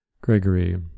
Gregory